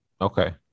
Okay